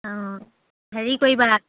অঁ হেৰি কৰিবা